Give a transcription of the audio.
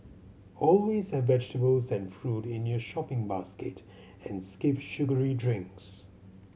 always have vegetables and fruit in your shopping basket and skip sugary drinks